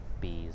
bees